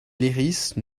lyrisse